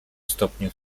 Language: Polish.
stopniu